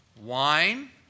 Wine